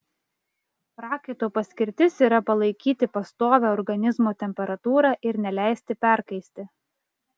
prakaito paskirtis yra palaikyti pastovią organizmo temperatūrą ir neleisti perkaisti